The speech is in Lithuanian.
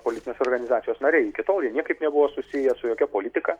politinės organizacijos nariai iki tol jie niekaip nebuvo susiję su jokia politika